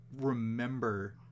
remember